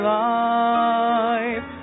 life